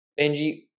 Benji